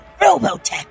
Robotech